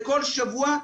בכל שבוע,